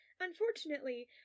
Unfortunately